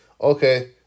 Okay